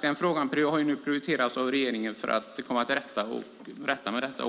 Den frågan har nu prioriterats av regeringen för att man ska komma till rätta med detta.